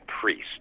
priest